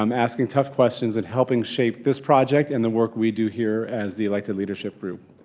um asking tough questions and helping shape this project and the work we do here as the elected leadership group.